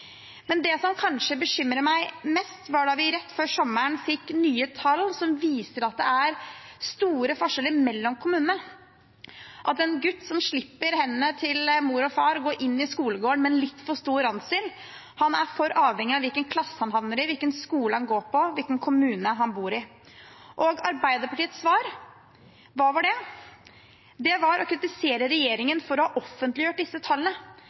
Men det som kanskje bekymrer meg mest, var da vi rett før sommeren fikk nye tall som viser at det er store forskjeller mellom kommunene, at en gutt som slipper hendene til mor og far og går inn i skolegården med en litt for stor ransel, er for avhengig av hvilken klasse han havner i, hvilken skole han går på, hvilken kommune han bor i. Og Arbeiderpartiets svar – hva var det? Det var å kritisere regjeringen for å ha offentliggjort disse tallene,